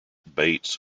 bates